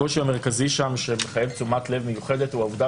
הקושי המרכזי שם שמחייב תשומת לב מיוחדת הוא העובדה